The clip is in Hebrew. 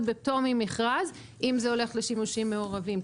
בפטור ממרכז אם זה הולך לשימושים מעורבים.